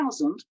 2000